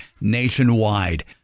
nationwide